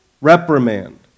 reprimand